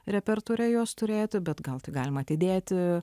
repertuare juos turėti bet gal tai galima atidėti